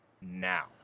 now